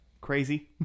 crazy